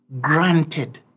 granted